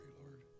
Lord